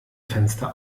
fenster